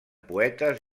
poetes